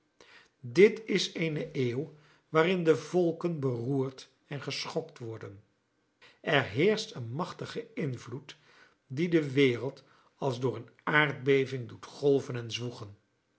dit is eene eeuw waarin de volken beroerd en geschokt worden er heerscht een machtige invloed die de wereld als door een aardbeving doet golven en zwoegen